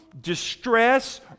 distress